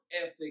ethic